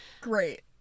Great